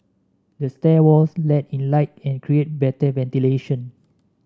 the stair walls let in light and create better ventilation